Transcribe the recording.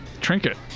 trinket